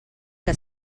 què